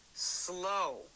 Slow